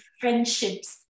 friendships